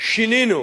שינינו